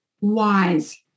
Wise